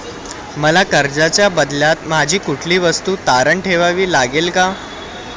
मला कर्जाच्या बदल्यात माझी कुठली वस्तू तारण ठेवावी लागेल का?